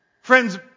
Friends